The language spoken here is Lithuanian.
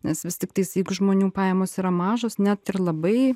nes vis tiktais jeigu žmonių pajamos yra mažos net ir labai